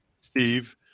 Steve